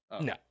No